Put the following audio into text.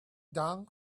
down